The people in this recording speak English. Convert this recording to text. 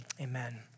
amen